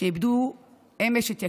שאיבדו אמש את יקיריהן.